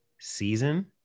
season